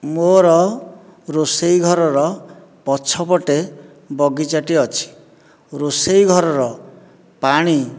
ମୋ'ର ରୋଷେଇ ଘରର ପଛପଟେ ବଗିଚାଟିଏ ଅଛି ରୋଷେଇ ଘରର ପାଣି